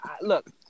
look